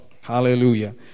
hallelujah